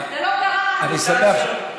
אני שמח,